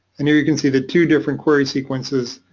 and you you can see the two different query sequences.